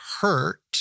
hurt